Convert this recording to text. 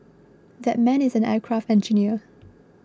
that man is an aircraft engineer